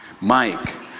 Mike